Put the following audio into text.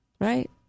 right